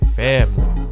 family